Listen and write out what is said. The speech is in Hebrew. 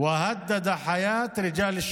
דרך אגב.